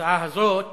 בהצעה הזאת